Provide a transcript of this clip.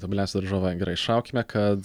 tobuliausia daržovė gerai šaukime kad